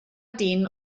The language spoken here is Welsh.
dyn